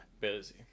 Busy